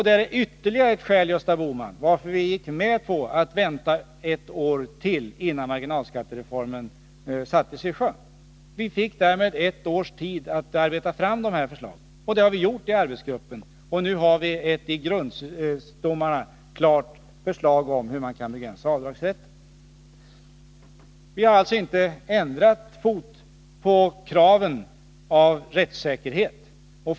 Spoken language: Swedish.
Det är naturligtvis ett skäl, Gösta Bohman, till att vi gick med på att vänta ytterligare ett år innan marginalskattereformen sattes i sjön. Vi fick därmed ett års tid att utarbeta förslagen. Det har vi gjort i arbetsgruppen. Nu har vi en grundstomme till förslag om hur avdragsrätten kan begränsas klar . Vi har alltså inte bytt fot när det gäller att ställa krav på rättssäkerheten.